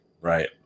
Right